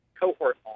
cohort